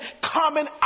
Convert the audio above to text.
common